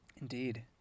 indeed